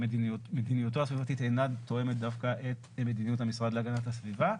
שמדיניותו הסביבתית אינה תואמת דווקא את מדיניות המשרד להגנת הסביבה.